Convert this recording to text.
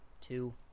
two